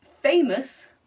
famous